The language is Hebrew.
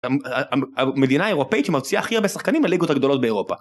המדינה האירופאית שמוציאה הכי הרבה שחקנים לליגות הגדולות באירופה.